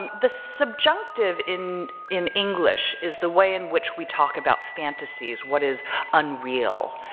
the subjunctive in in english is the way in which we talk about fantasies what is unreal.